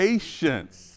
Patience